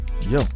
Yo